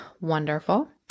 Wonderful